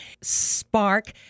Spark